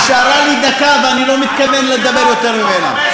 נשארה לי דקה, ואני לא מתכוון לדבר יותר ממנה.